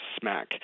smack